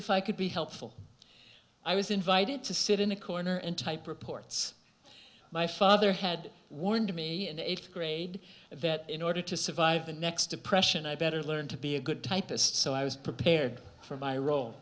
if i could be helpful i was invited to sit in a corner and type reports my father had warned me and it grade that in order to survive the next depression i better learn to be a good typist so i was prepared for my role